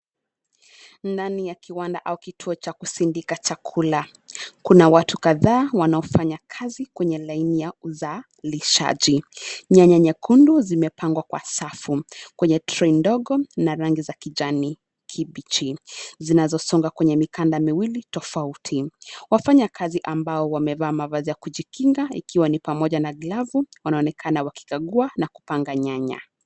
Ndani ya kiwanda au kituo cha kusindika chakula, kuna watu kadhaa wanaofanya kazi kwenye laini ya uzalishaji, nyanya nyekundu zimepangwa kwa safu, kwenye trei ndogo na rangi za kijani kibichi, zinazosonga kwenye mikanda miwili tofauti, wafanyakazi ambao wamevaa mavazi ya kujikinga ikiwa ni pamoja na glavu, wanaonekana wakikagua na kupanga nyanya.